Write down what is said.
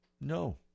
No